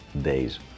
days